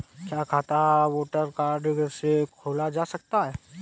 क्या खाता voter card से खोला जा सकता है?